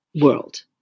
world